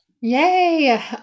Yay